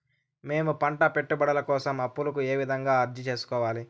మేము పంట పెట్టుబడుల కోసం అప్పు కు ఏ విధంగా అర్జీ సేసుకోవాలి?